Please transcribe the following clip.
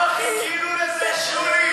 אנחנו לא מאמינים, כמה חיכינו לזה, שולי.